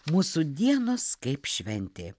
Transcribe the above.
mūsų dienos kaip šventė